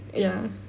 ya